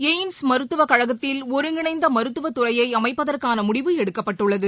AIIMS மருத்துவக் கழகத்தில் ஒருங்கிணைந்தமருத்துவத் துறையை அமைப்பதற்கானமுடிவு எடுக்கப்பட்டுள்ளது